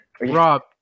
Rob